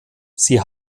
sie